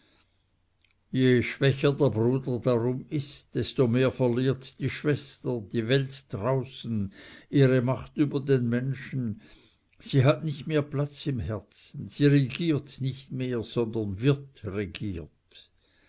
je schwächer der bruder darum ist desto mehr verliert die schwester die welt draußen ihre macht über den menschen sie hat nicht mehr platz im herzen sie regiert nicht mehr sondern wird regiert